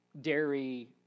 dairy